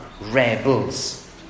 rebels